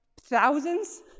thousands